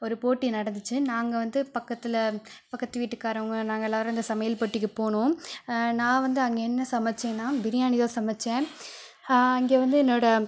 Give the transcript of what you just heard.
ஒரு போட்டி நடந்துச்சு நாங்கள் வந்து பக்கத்தில் பக்கத்து வீட்டுக்காரவங்க நாங்கள் எல்லோரும் அந்த சமையல் போட்டிக்கு போனோம் நான் வந்து அங்கே என்ன சமைத்தேன்னால் பிரியாணி தான் சமைத்தேன் இங்கே வந்து என்னோட